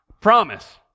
Promise